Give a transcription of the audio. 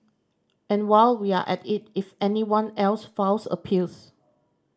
and while we're at it if anyone else files appeals